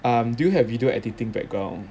um do you have video editing background